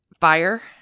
Fire